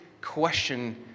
question